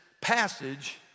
passage